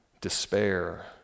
despair